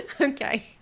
okay